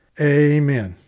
Amen